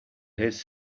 his